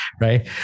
right